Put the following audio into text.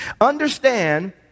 Understand